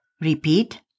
Repeat